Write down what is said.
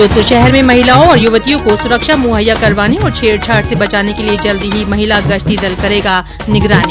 जोधपुर शहर में महिलाओं और युवतियों को सुरक्षा मुहैया करवाने और छेड़छाड़ से बचाने के लिए जल्दी ही महिला गश्ती दल करेगा निगरानी